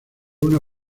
luna